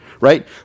right